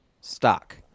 stock